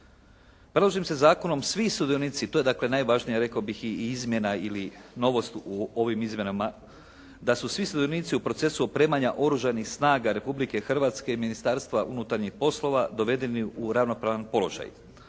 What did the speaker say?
Predloženim se zakonom svi sudionici, to je dakle najvažnije rekao bih i izmjena ili novost u ovim izmjenama da su svi sudionici u procesu opremanja Oružanih snaga Republike Hrvatske i Ministarstva unutarnjih poslova dovedeni u ravnopravan položaj.